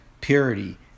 purity